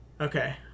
Okay